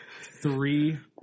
three